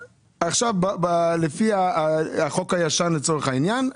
לפי החוק הישן לצורך העניין,